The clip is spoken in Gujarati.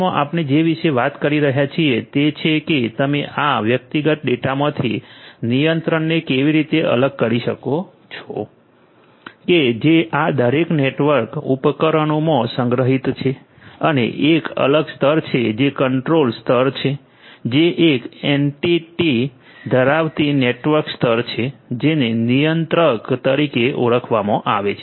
માં આપણે જે વિશે વાત કરી રહ્યા છીએ તે છે કે તમે આ વ્યક્તિગત ડેટામાંથી નિયંત્રણને કેવી રીતે અલગ કરી શકો છો કે જે આ દરેક નેટવર્ક ઉપકરણોમાં સંગ્રહિત છે અને એક અલગ સ્તર છે જે કંટ્રોલ સ્તર છે જે એક એન્ટિટી ધરાવતી નેટવર્ક સ્તરછે જેને નિયંત્રક તરીકે ઓળખવામાં આવે છે